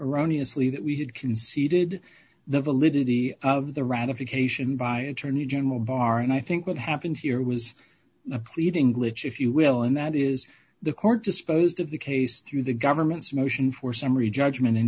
erroneous leave that we had conceded the validity of the ratification by attorney general barr and i think what happened here was a pleading glitch if you will and that is the court disposed of the case through the government's motion for summary judgment